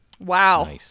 Wow